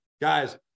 Guys